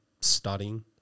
studying